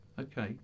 Okay